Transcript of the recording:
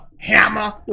Hammer